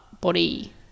body